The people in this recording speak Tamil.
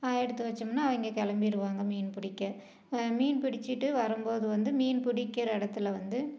எடுத்து வச்சோம்னால் அவங்க கிளம்பிருவாங்க மீன் பிடிக்க மீன் பிடிச்சிட்டு வரும் போது வந்து மீன் பிடிக்கிற இடத்துல வந்து